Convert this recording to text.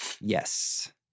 Yes